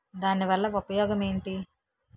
దాని వల్ల ఉపయోగం ఎంటి?